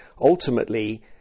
ultimately